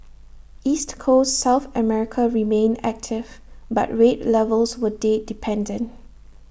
East Coast south America remained active but rate levels were date dependent